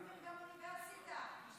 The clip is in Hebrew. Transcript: גם אוניברסיטה.